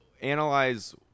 analyze